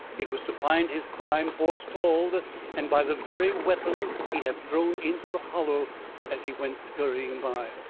it was to find his crime forestalled and by the very weapon he had thrown into the hollow as he went skurrying by.